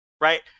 Right